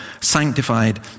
sanctified